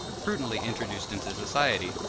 prudently introduced into society,